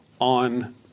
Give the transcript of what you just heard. on